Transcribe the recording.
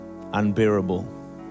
unbearable